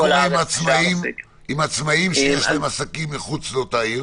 מה לגבי העסק הזה של הגנה מפני פיטורין?